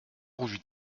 rougis